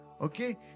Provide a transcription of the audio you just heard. Okay